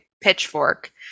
pitchfork